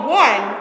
one